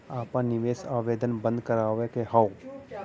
आपन निवेश आवेदन बन्द करावे के हौ?